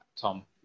Tom